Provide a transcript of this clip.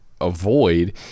avoid